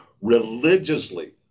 religiously